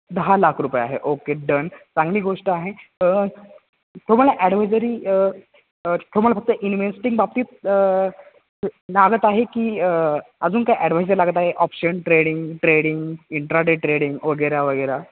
दहा लाख रुपये आहे ओके डन चांगली गोष्ट आहे तुम्हाला ॲडव्हाइजरी तुम्हाला फक्त इनवेस्टिंग बाबतीत लागत आहे की अजून काय ॲडवाइजर लागत आहे option trading trading intraday trading वगैरे वगैरे